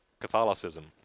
Catholicism